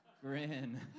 grin